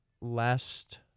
last